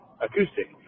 acoustic